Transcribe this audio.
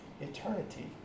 eternity